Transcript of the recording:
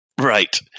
Right